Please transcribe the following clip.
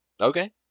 Okay